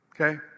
Okay